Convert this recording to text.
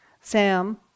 Sam